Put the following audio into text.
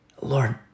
Lord